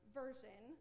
version